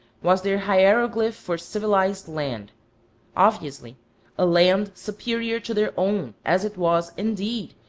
was their hieroglyph for civilized land obviously a land superior to their own, as it was, indeed,